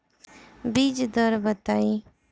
बीज दर बताई?